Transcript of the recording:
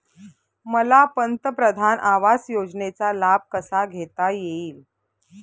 मला पंतप्रधान आवास योजनेचा लाभ कसा घेता येईल?